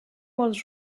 was